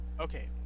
Okay